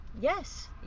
yes